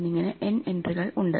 എന്നിങ്ങനെ n എൻട്രികൾ ഉണ്ട്